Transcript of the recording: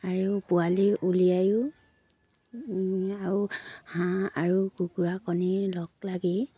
আৰু পোৱালি উলিয়াইও আৰু হাঁহ আৰু কুকুৰা কণীৰ লগ লাগি